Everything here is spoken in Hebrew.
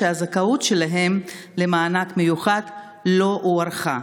שהזכאות שלהם למענק מיוחד לא הוארכה,